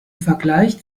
vergleich